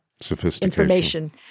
sophistication